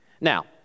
Now